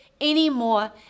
anymore